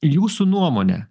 jūsų nuomone